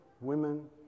women